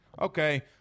Okay